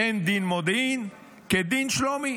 ואין דין מודיעין כדין שלומי,